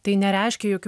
tai nereiškia jokiu